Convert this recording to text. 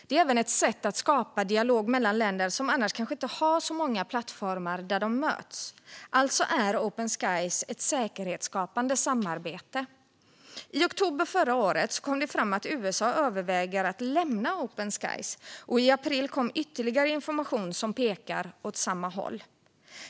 Det är även ett sätt att skapa dialog mellan länder som annars kanske inte har så många plattformar där de möts. Alltså är Open Skies ett säkerhetsskapande samarbete. I oktober förra året kom det fram att USA överväger att lämna Open Skies, och i april kom ytterligare information som pekar åt samma håll.